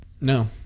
No